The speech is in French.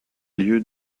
lieu